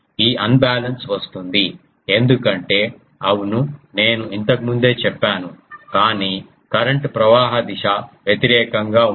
ఈ ఆన్బాలన్స్ వస్తుంది ఎందుకంటే అవును నేను ఇంతకు ముందే చెప్పాను కాని కరెంట్ ప్రవాహ దిశ వ్యతిరేకం గా ఉంది